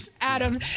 Adam